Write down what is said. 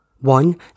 One